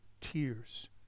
tears